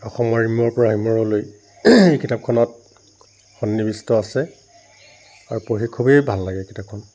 অসমৰ ইমুৰৰ পৰা সিমুৰলৈ এই কিতাপখনত সন্নিৱিষ্ট আছে আৰু পঢ়ি খুবেই ভাল লাগে কিতাপখন